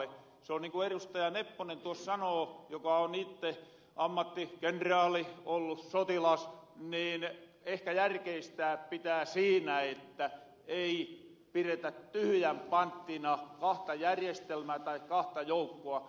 se on niin ku erustaja nepponen tuos sanoo joka on itte ammattikenraali ollu sotilas niin ehkä järkeistää pitää siinä että ei piretä tyhyjänpanttina kahta järjestelmää tai kahta joukkoa